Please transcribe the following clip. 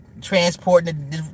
Transporting